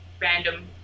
random